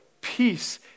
peace